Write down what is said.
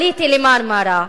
עליתי ל"מרמרה"